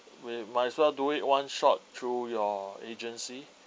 we might as well do it one shot through your agency